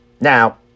Now